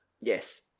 Yes